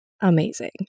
amazing